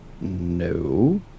No